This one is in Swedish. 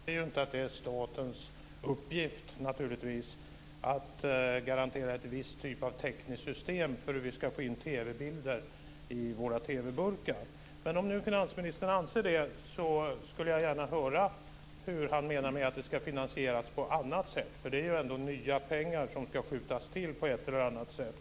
Fru talman! Jag anser inte, naturligtvis, att det är statens uppgift att garantera en viss typ av tekniskt system för hur vi ska få in TV-bilder i våra TV burkar. Men om nu finansministern anser det skulle jag gärna höra vad han menar med att det ska finansieras på annat sätt. Det är ändå nya pengar som ska skjutas till på ett eller annat sätt.